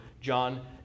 john